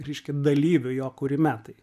reiškia dalyvių jo kūrime tai